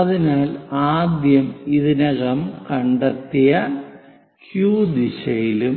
അതിനാൽ ആദ്യം നമ്മൾ ഇതിനകം കണ്ടെത്തിയ Q ദിശയിലും